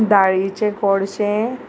दाळीचे गोडशें